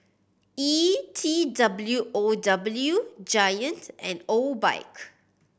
E T W O W Giant and Obike